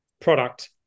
product